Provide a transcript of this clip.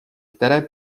které